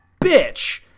bitch